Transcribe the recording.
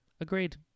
agreed